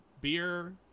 beer